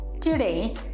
Today